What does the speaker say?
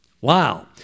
Wow